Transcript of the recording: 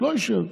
לא ישב.